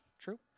true